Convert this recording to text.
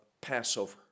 Passover